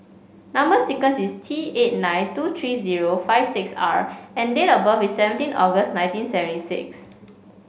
number sequence is T eight nine two three zero five six R and date of birth is seventeen August nineteen seventy six